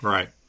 Right